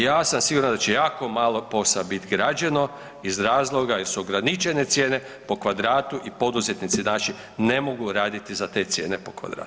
Ja sam siguran da će jako malo POS-a bit građeno iz razloga jer su ograničene cijene po kvadratu i poduzetnici naši ne mogu raditi za te cijene po kvadratu.